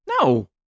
No